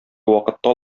вакытта